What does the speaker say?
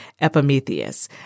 Epimetheus